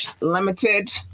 limited